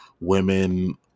women